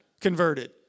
converted